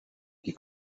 die